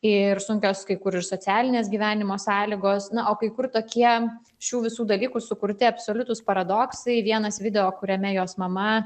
ir sunkios kai kur ir socialinės gyvenimo sąlygos na o kai kur tokie šių visų dalykų sukurti absoliutūs paradoksai vienas video kuriame jos mama